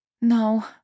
No